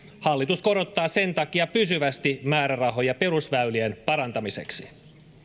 hallitus korottaa sen takia pysyvästi määrärahoja perusväylien parantamiseksi